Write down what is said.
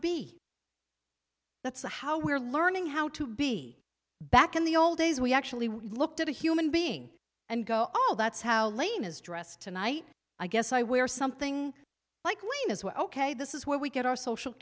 be that's how we're learning how to be back in the old days we actually looked at a human being and go oh that's how lame is dressed tonight i guess i wear something like wayne is we're ok this is where we get our social